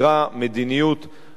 מדיניות אחראית.